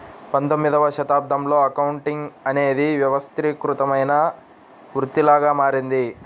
పంతొమ్మిదవ శతాబ్దంలో అకౌంటింగ్ అనేది వ్యవస్థీకృతమైన వృత్తిలాగా మారింది